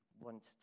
want